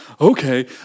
Okay